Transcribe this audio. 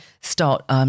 start